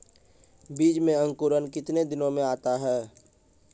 बीज मे अंकुरण कितने दिनों मे आता हैं?